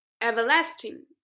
everlasting